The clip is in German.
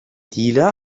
dealer